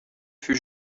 fut